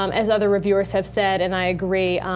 um as other reviewers have said and i agree,